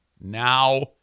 Now